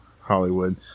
Hollywood